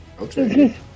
Okay